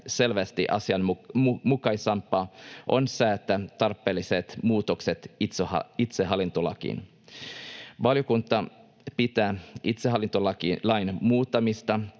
selvästi asianmukaisempaa on säätää tarpeelliset muutokset itsehallintolakiin. Valiokunta pitää itsehallintolain muuttamista